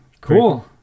Cool